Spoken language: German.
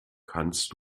kannst